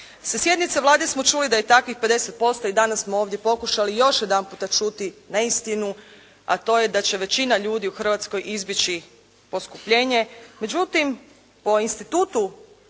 Sa sjednice Vlade smo čuli da je takvih 50% i danas smo ovdje pokušali još jedan puta čuli neistinu, a to je da većina ljudi u Hrvatskoj izbjeći poskupljenje,